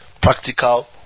practical